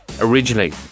originally